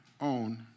own